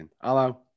Hello